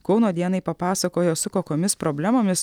kauno dienai papasakojo su kokiomis problemomis